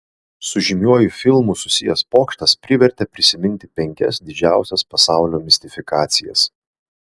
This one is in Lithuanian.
su žymiuoju filmu susijęs pokštas privertė prisiminti penkias didžiausias pasaulio mistifikacijas